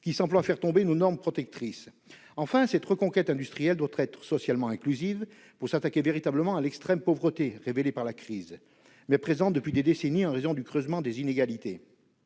qui mettent à mal nos normes protectrices. Enfin, cette reconquête industrielle doit être socialement inclusive, pour que l'on puisse véritablement s'attaquer à l'extrême pauvreté révélée par la crise, mais présente depuis des décennies en raison du creusement des inégalités.